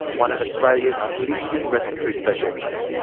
one of australia's leading respiratory specialists.